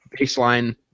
Baseline